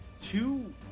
Two